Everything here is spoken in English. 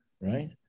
right